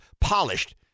polished